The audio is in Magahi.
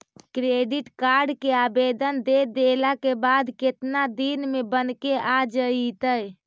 क्रेडिट कार्ड के आवेदन दे देला के बाद केतना दिन में बनके आ जइतै?